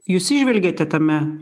jūs įžvelgiate tame